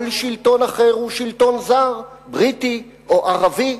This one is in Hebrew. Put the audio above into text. כל שלטון אחר הוא שלטון זר, בריטי או ערבי.